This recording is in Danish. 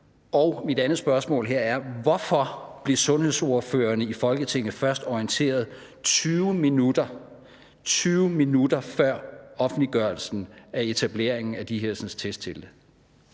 Og mit andet spørgsmål her er: Hvorfor blev sundhedsordførerne i Folketinget først orienteret 20 minutter – 20 minutter! – før offentliggørelsen af etableringen af de her testtelte?